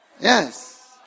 Yes